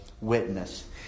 witness